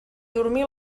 dormir